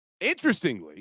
interestingly